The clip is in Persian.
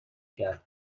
کرد